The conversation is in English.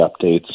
updates